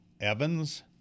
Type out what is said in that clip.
Evans